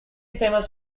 famous